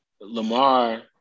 Lamar